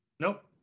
Nope